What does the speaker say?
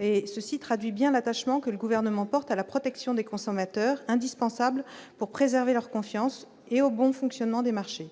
ceci traduit bien l'attachement que le gouvernement porte à la protection des consommateurs, indispensables pour préserver leur confiance et au bon fonctionnement des marchés